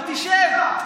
אבל תשב.